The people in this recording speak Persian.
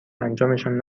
انجامشان